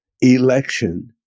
election